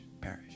Perish